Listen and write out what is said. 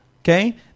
okay